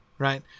right